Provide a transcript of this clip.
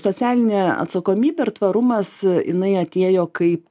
socialinė atsakomybė ir tvarumas jinai atėjo kaip